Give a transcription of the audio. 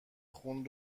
خون